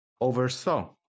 oversaw